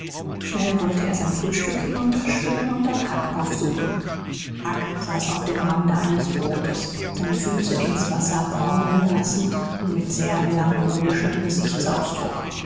schnell wollte er sein frühstück hinunterschlingen und dann huck aufsuchen huck saß auf dem rande eines bootes seine füße ins wasser baumeln lassend und mit sehr melancholischem gesichtsausdruck